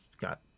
got